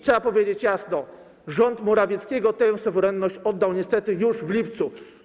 Trzeba powiedzieć jasno: rząd Morawieckiego tę suwerenność oddał niestety już w lipcu.